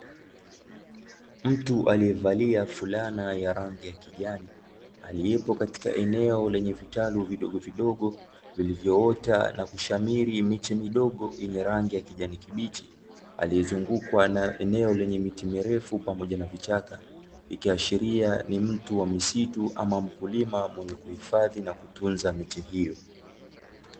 Mtu aliyevalia fulana ya rangi ya kijani, aliyepo katika eneo lenye vitalu vidogodogo, vilivyoota na kushamiri miche midogo yenye rangi ya kijani kibichi, aliyezungukwa na eneo lenye miti mirefu pamoja na vichaka, ikiashiria ni mtu wa misitu ama mkulima mwenye kuhifadhi na kutunza miche hiyo.